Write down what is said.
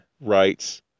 writes